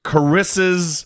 Carissa's